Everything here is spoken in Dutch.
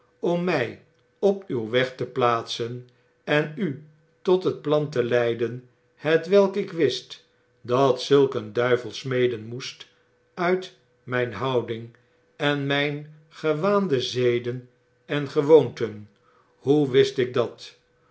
om mij op uw weg te plaatsen en u tot het plan te leiden hetwelk ik wist dat zulk een duivel smeden moest uit mjjn houding en mjjn gewaande zeden en gewoonten hoe wist ik dat